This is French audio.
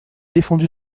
défendu